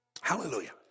Hallelujah